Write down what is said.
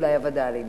אולי, הווד"לים.